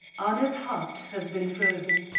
anna's heart has been frozen,